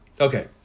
Okay